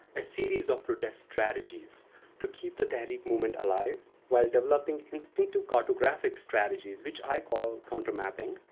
a series of protest strategies to keep the tehreek movement alive while developing instinctive cartographic strategies, which i call countermapping,